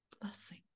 Blessing